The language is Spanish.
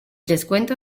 descuento